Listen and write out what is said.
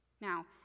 Now